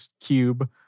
cube